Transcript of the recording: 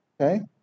Okay